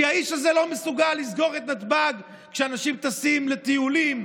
כי האיש הזה לא מסוגל לסגור את נתב"ג כשאנשים טסים לטיולים,